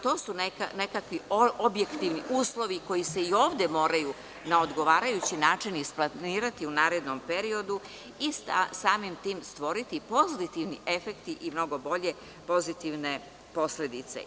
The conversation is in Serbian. To su nekakvi objektivni uslovi koji se i ovde moraju na odgovarajući način isplanirati u narednom periodu i samim tim stvoriti pozitivni efekti i mnogo bolje pozitivne posledice.